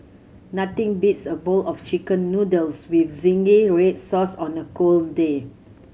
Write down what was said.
nothing beats a bowl of Chicken Noodles with zingy red sauce on a cold day